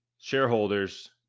Shareholders